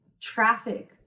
traffic